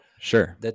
Sure